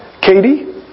Katie